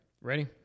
Ready